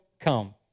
come